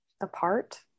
apart